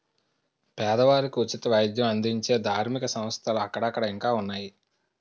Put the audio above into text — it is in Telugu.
పేదవారికి ఉచిత వైద్యం అందించే ధార్మిక సంస్థలు అక్కడక్కడ ఇంకా ఉన్నాయి